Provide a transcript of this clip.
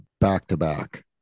back-to-back